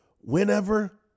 Whenever